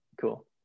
Cool